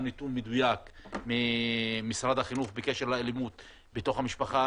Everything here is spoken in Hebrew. נתון מדויק ממשרד החינוך בקשר לאלימות בתוך המשפחה.